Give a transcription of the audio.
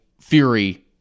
Fury